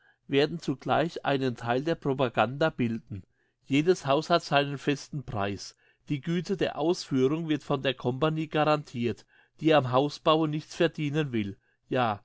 werden zugleich einen theil der propaganda bilden jedes haus hat seinen festen preis die güte der ausführung wird von der company garantirt die am hausbaue nichts verdienen will ja